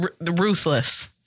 Ruthless